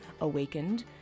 awakened